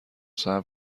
صبر